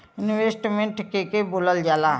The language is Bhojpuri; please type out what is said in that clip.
इन्वेस्टमेंट के के बोलल जा ला?